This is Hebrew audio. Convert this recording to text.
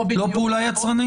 זו לא פעולה יצרנית?